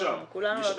כולנו לאותה מטרה.